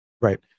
right